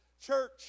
church